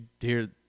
hear